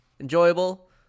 enjoyable